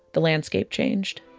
the landscape changed